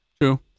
true